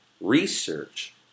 Research